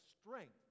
strength